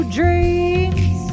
dreams